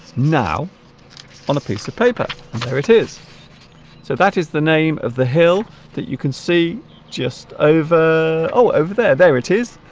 now on a piece of paper there it is so that is the name of the hill that you can see just over all over there there it is